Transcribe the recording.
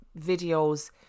videos